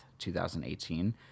2018